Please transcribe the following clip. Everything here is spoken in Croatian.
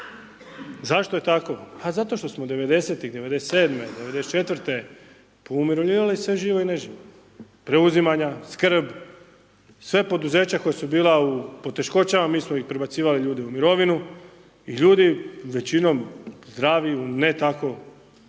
Zašto je tako? Pa zato što smo '90.-tih, '97., '94. poumirovljivali sve živo i ne živo, preuzimanja, srkb, sva poduzeća koja su bila u poteškoćama mi smo prebacivali ljude u mirovinu i ljudi većinom zdravi u ne tako